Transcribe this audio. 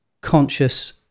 conscious